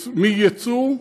מיצוא,